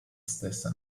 stessa